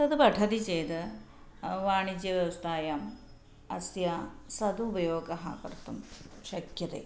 तद् पठति चेद् वाणिज्यव्यवस्थायाम् अस्य सदुपयोगः कर्तुं शक्यते